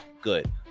good